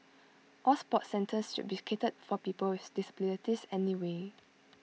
all sports centres should be catered for people with disabilities anyway